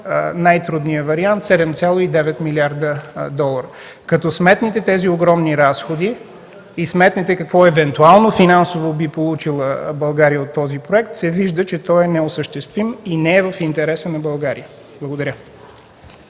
най-трудният вариант – 7,9 млрд. долара. Като сметнете тези огромни разходи и сметнете какво евентуално финансово би получила България от този проект се вижда, че той е неосъществим и не е в интерес на България. Благодаря.